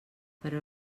però